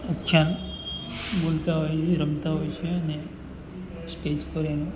જ્યાં બોલતા હોય એ રમતા હોય છે અને સ્ટેજ પર એનું